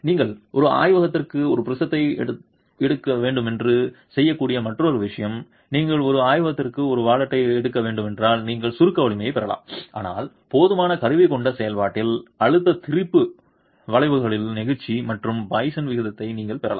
நீங்கள் ஒரு ஆய்வகத்திற்கு ஒரு ப்ரிஸத்தை எடுக்க வேண்டுமென்றால் செய்யக்கூடிய மற்ற விஷயம் நீங்கள் ஒரு ஆய்வகத்திற்கு ஒரு வாலெட்டை எடுக்க வேண்டுமென்றால் நீங்கள் சுருக்க வலிமையைப் பெறலாம் ஆனால் போதுமான கருவி கொண்ட செயல்பாட்டில் அழுத்த திரிப்பு வளைவுகளிலிருந்து நெகிழ்ச்சி மற்றும் பாய்சனின் விகிதத்தையும் நீங்கள் பெறலாம்